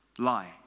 Lie